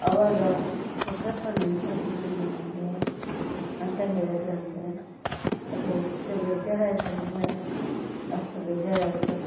ಅವಾಗ ಕೊಟ್ರಪ್ಪಾ ನೆನ್ಪಾಗ್ಬಿಟ್ಟರು ನನಗೆ ಅಂತ ಹೇಳಿದರಂತೆ ಅದೆಷ್ಟು ಬೇಜಾರು ಆಯಿತಂದ್ರೆ ಅಷ್ಟು ಬೇಜಾರಾಯಿತು